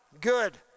Good